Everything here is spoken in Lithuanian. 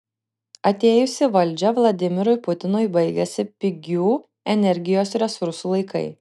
atėjus į valdžią vladimirui putinui baigėsi pigių energijos resursų laikai